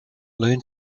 learn